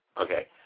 Okay